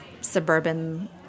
suburban